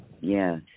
Yes